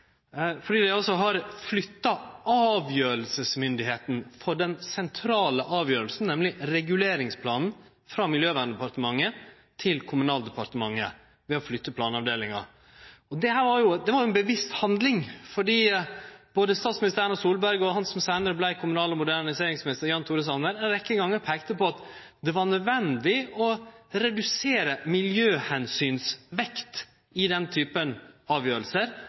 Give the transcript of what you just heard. Dei har flytta avgjerdsmyndigheita for den sentrale avgjerda, nemleg reguleringsplanen, frå Miljøverndepartementet til Kommunaldepartementet ved å flytte planavdelinga. Det var ei bevisst handling, fordi både statsminister Erna Solberg og han som seinare vart kommunal- og moderniseringsminister, Jan Tore Sanner, ei rekkje gonger peikte på at det var nødvendig å redusere miljøomsynsvekt i den